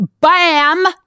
Bam